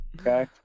Okay